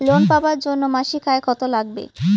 Loan পাবার জন্যে মাসিক আয় কতো লাগবে?